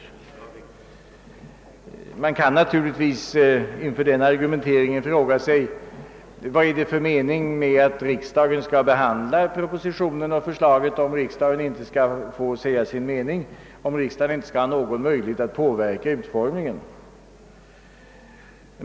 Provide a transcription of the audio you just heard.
Inför den argumenteringen kan vi naturligtvis fråga oss: Vad är det för mening med att riksdagen skall behandla propositionen och förslaget om riksdagen inte skall få säga sin mening, om riksdagen inte skall ha någon möjlighet att påverka utformningen?